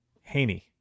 haney